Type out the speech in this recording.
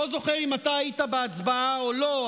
לא זוכר אם אתה היית בהצבעה או לא,